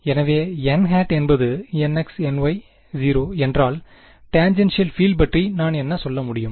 எனவே n என்பது nxny0 என்றால் டேன்ஜென்ஷியல் பீல்ட் பற்றி நான் என்ன சொல்ல முடியும்